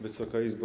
Wysoka Izbo!